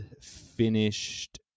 finished